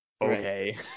okay